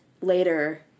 later